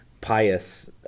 pious